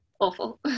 awful